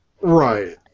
Right